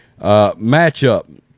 matchup